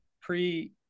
pre